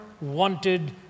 wanted